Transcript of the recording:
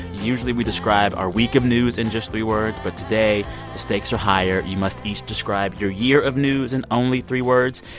usually, we describe our week of news in just three words, but today, the stakes are higher. you must each describe your year of news in only three words.